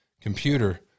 computer